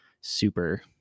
super